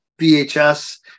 VHS